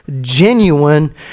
genuine